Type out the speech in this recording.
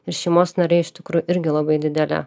ir šeimos nariai iš tikrųjų irgi labai didelę